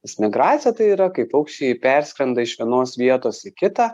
nes migracija tai yra kai paukščiai perskrenda iš vienos vietos į kitą